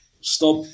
stop